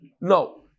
no